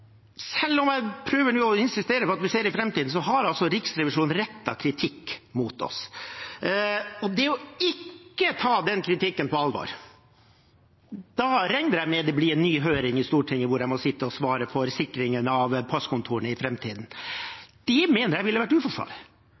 selv om jeg nå prøver å insistere på at vi ser inn i framtiden, har altså Riksrevisjonen rettet kritikk mot oss. Dersom en ikke tar den kritikken på alvor, regner jeg med at det blir en ny høring i Stortinget hvor jeg må sitte og svare for sikringen av passkontorene i framtiden. Det mener jeg ville vært